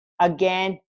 again